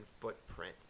footprint